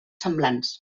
semblants